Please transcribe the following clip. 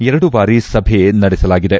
ಎರಡು ಬಾರಿ ಸಭೆ ನಡೆಸಲಾಗಿದೆ